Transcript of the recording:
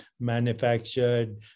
manufactured